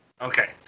Okay